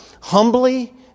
humbly